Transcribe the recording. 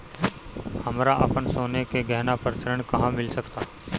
हमरा अपन सोने के गहना पर ऋण कहां मिल सकता?